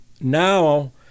now